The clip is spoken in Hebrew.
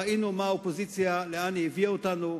ראינו מה האופוזיציה עשתה, לאן היא הובילה אותנו,